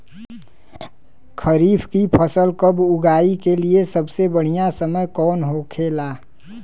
खरीफ की फसल कब उगाई के लिए सबसे बढ़ियां समय कौन हो खेला?